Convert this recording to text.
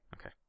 Okay